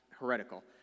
heretical